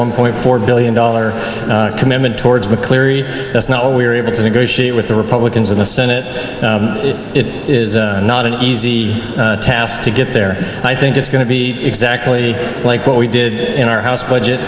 one point four billion dollar commitment towards mccleary that's not what we were able to negotiate with the republicans in the senate it is not an easy task to get there i think it's going to be exactly like what we did in our house budget